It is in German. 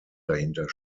dahinter